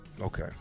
okay